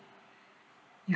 ya